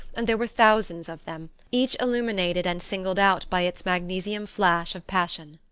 and there were thousands of them, each illuminated and singled out by its magnesium-flash of passion.